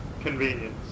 convenience